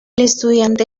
estudiante